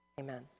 Amen